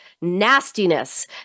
nastiness